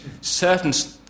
certain